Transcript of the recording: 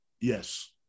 Yes